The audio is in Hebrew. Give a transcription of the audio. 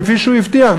כפי שהבטיח,